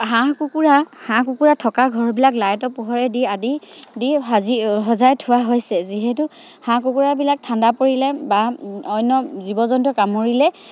হাঁহ কুকুৰা হাঁহ কুকুৰা থকা ঘৰবিলাক লাইৰট পোহৰে দি আদি দি সাজি সজাই থোৱা হৈছে যিহেতু হাঁহ কুকুৰাবিলাক ঠাণ্ডা পৰিলে বা অন্য জীৱ জন্তু কামুৰিলে